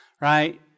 right